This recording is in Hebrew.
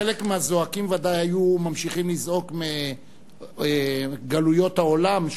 חלק מהזועקים ודאי היו ממשיכים לזעוק מגלויות העולם,